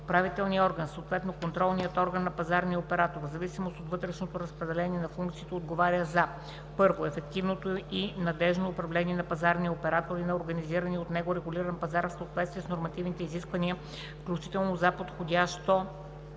Управителният орган, съответно контролният орган на пазарния оператор, в зависимост от вътрешното разпределение на функциите отговаря за: 1. ефективното и надеждно управление на пазарния оператор и на организирания от него регулиран пазар в съответствие с нормативните изисквания, включително за подходящото